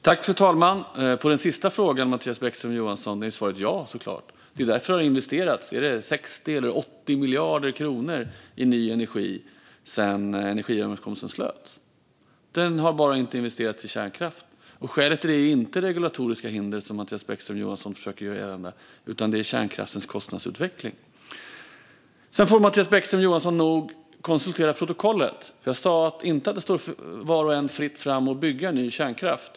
Herr talman! På den sista frågan som Mattias Bäckström Johansson ställer är svaret såklart ja. Det är därför som det har investerats 60 eller 80 miljarder kronor i ny energi sedan energiöverenskommelsen slöts. De har bara inte investerats i kärnkraft. Skälet till det är inte regulatoriska hinder, som Mattias Bäckström Johansson försöker göra gällande, utan det är kärnkraftens kostnadsutveckling. Sedan får nog Mattias Bäckström Johansson konsultera protokollet. Jag sa inte att det står var och en fritt att bygga ny kärnkraft.